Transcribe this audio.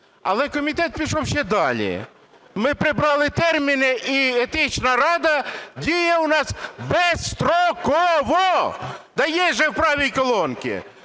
Але комітет пішов ще далі, ми прибрали терміни, і Етична рада діє у нас безстроково, є ж у правій колонці.